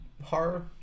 horror